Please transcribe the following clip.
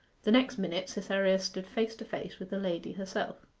the next minute cytherea stood face to face with the lady herself.